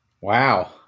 wow